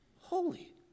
holy